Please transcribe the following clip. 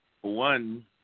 One